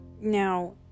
Now